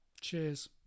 Cheers